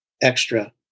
extra